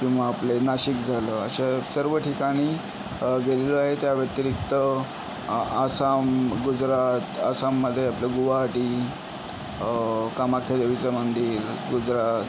किंवा आपले नाशिक झालं अशा सर्व ठिकाणी गेलेलो आहे त्या व्यतिरिक्त आ आसाम गुजरात आसाममध्ये आपलं गुवाहाटी कामाख्या देवीचं मंदिर गुजरात